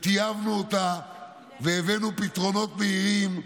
וטייבנו אותה והבאנו פתרונות מהירים.